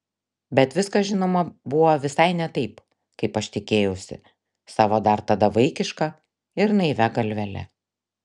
bet viskas žinoma buvo visai ne taip kaip aš tikėjausi savo dar tada vaikiška ir naivia galvele